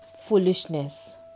foolishness